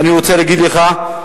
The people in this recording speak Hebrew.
ואני רוצה להגיד לך,